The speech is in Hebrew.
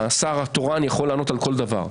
השר התורן יכול לענות על כל דבר,